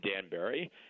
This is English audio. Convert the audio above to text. Danbury